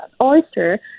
oyster